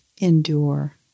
endure